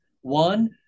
One